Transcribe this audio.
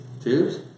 Tubes